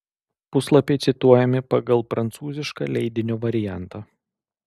puslapiai cituojami pagal prancūzišką leidinio variantą